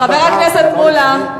חבר הכנסת מולה,